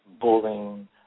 bullying